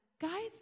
Guys